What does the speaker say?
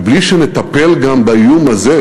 ובלי שנטפל גם באיום הזה,